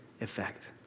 effect